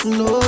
no